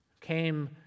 came